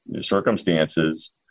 circumstances